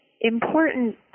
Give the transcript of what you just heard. important